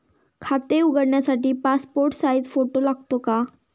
खाते उघडण्यासाठी passport size photo लागतो का?